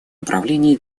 направлений